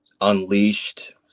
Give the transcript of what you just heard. Unleashed